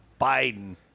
Biden